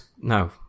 no